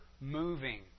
moving